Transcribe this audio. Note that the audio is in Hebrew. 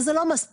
וזה לא מספיק,